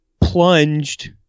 plunged